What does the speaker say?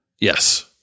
Yes